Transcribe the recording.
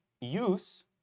use